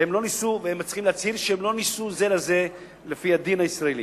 והם צריכים להצהיר שהם לא נישאו זה לזה לפי הדין הישראלי.